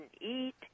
eat